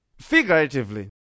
figuratively